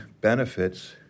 benefits